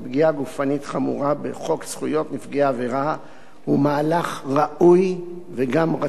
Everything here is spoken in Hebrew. גופנית חמורה בחוק זכויות נפגעי עבירה הוא מהלך ראוי וגם רצוי.